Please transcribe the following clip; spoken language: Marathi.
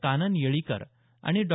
कानन येळीकर आणि डॉ